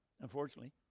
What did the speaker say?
unfortunately